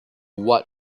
what